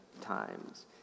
times